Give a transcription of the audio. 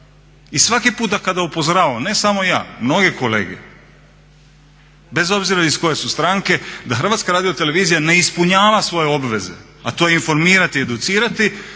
I svaki puta kada upozoravamo ne samo ja, mnoge kolege bez obzira iz koje su stranke da HRT ne ispunjava svoje obaveze a to je informirati i educirati